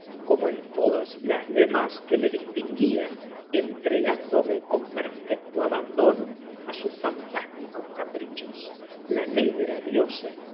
como en todas las demás que le distinguían entregándome con perfecto abandono a sus fantásticos caprichos la negra diosa